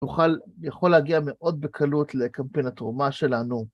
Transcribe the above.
יכול להגיע מאוד בקלות לקמפיין התרומה שלנו.